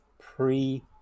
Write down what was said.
pre